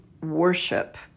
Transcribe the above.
worship